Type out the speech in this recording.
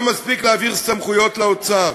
לא מספיק להעביר סמכויות לאוצר,